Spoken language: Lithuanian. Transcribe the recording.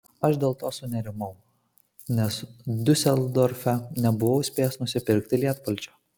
aš dėl to sunerimau nes diuseldorfe nebuvau spėjęs nusipirkti lietpalčio